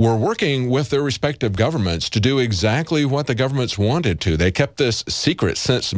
were working with their respective governments to do exactly what the governments wanted to they kept this secret since